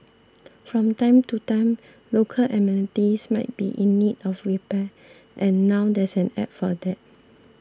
from time to time local amenities might be in need of repair and now there's an App for that